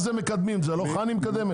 זה לא חנ"י מקדמת.